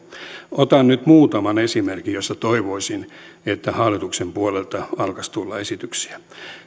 otan nyt muutaman esimerkin joissa toivoisin että hallituksen puolelta alkaisi tulla esityksiä